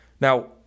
Now